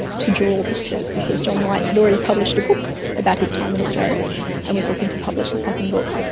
to draw pictures because john white had already published a book about his time in australia and was looking to publish a second book.